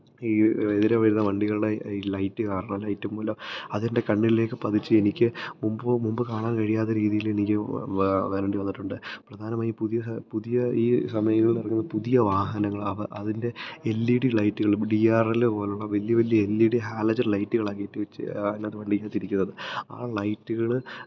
ഈ എതിരേ വരുന്ന വണ്ടികളെ ഈ ലൈറ്റ് കാരണം ലൈറ്റ് മൂലം അതെന്റെ കണ്ണിലേയ്ക്ക് പതിച്ച് എനിക്ക് മുമ്പൊ മുമ്പ് കാണാന് കഴിയാത്ത രീതിയിലെനിക്ക് വാ വരേണ്ടി വന്നിട്ടുണ്ട് പ്രധാനമായി പുതിയ ഹ പുതിയ ഈ കമ്പിനികളിലേക്ക് ഇറങ്ങുന്ന പുതിയ വാഹനങ്ങൾ അവ അതിന്റെ എല് ഈ ഡി ലൈറ്റ്കള് ഡി ആര് എല് പോലുള്ള വലിയ വലിയ എല് ഈ ഡി ഹാലജൻ ലൈറ്റുകളാക്കിയിട്ട് ചേ അതിനകത്ത് വണ്ടിക്കാത്തിരിക്കുന്നത് ആ ലൈറ്റുകൾ